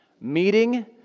Meeting